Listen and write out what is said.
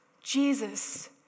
Jesus